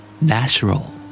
Natural